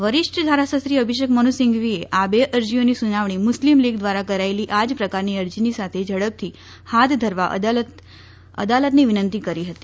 વરિષ્ઠ ધારાશાસ્ત્રી અભિષેક મનુસિંઘવીએ આ બે અરજીઓની સુનાવણી મુસ્લિમલીગ દ્રારા કરાયેલી આજ પ્રકારની અરજીની સાથે ઝડપથી હાથ ધરવા અદાલતને વિનંતી કરી હતી